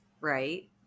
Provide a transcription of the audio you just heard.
right